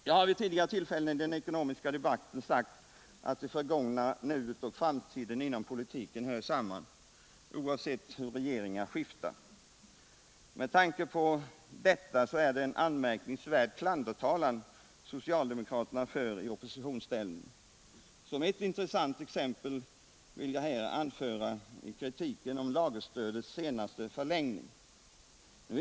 Jag har vid tidigare tillfällen i den ekonomiska debatten sagt att det förgångna, nuet och framtiden inom politiken hör samman, oavsett hur regeringarna växlar. Med tanke på detta är det en anmärkningsvärd klandertalan som socialdemokraterna för i oppositionsställning. Som ett intressant exempel vill jag här anföra kritiken mot lagerstödets senaste förlängning.